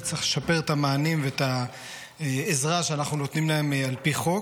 נצטרך לשפר את המענים ואת העזרה שאנחנו נותנים להם על פי חוק.